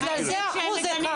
בגלל האחוז האחד